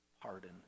pardon